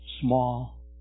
small